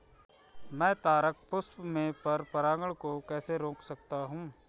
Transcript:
मैं तारक पुष्प में पर परागण को कैसे रोक सकता हूँ?